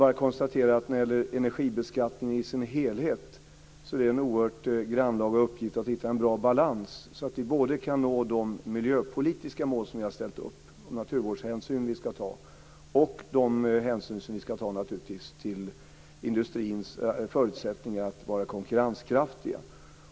Jag konstaterar bara att när det gäller energibeskattningen i sin helhet är det en oerhört grannlaga uppgift att hitta en bra balans så att vi både kan nå de miljöpolitiska mål som vi har ställt upp och ta hänsyn till naturvård och naturligtvis också till industrins förutsättningar att vara konkurrenskraftig.